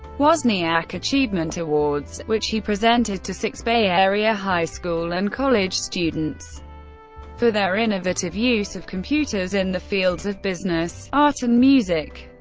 wozniak achievement awards, which he presented to six bay area high school and college students for their innovative use of computers in the fields of business, art and music.